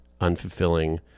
unfulfilling